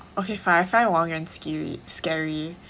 okay fine I find wang yuan sce~ scary